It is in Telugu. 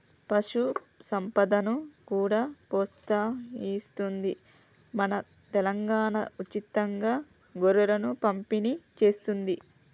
పశు సంపదను కూడా ప్రోత్సహిస్తుంది మన తెలంగాణా, ఉచితంగా గొర్రెలను పంపిణి చేస్తుంది